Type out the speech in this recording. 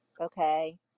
okay